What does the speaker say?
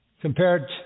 compared